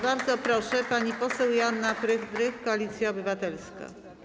Bardzo proszę, pani poseł Joanna Frydrych, Koalicja Obywatelska.